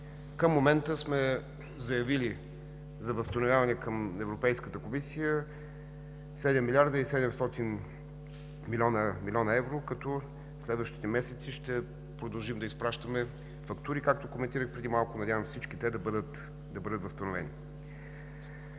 Към момента сме заявили за възстановяване към Европейската комисия 7 млрд. 700 млн. евро, като в следващите месеци ще продължим да изпращаме фактури, както коментирах преди малко, и се надявам всички те да бъдат възстановени.